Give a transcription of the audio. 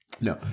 no